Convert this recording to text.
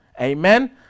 Amen